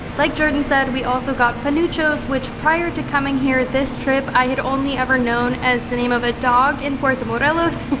like jordan said, we also got panuchos, which prior to coming here this trip, i had only ever known as the name of a dog in puerto morelos.